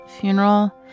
funeral